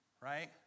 Right